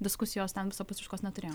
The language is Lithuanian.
diskusijos ten visapusiškos neturėjom